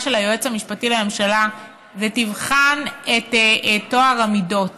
של היועץ המשפטי לממשלה שתבחן את טוהר המידות,